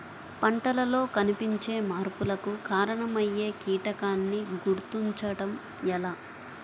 పంటలలో కనిపించే మార్పులకు కారణమయ్యే కీటకాన్ని గుర్తుంచటం ఎలా?